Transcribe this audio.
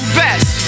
best